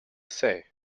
say